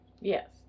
yes